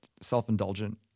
self-indulgent